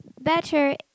Better